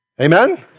Amen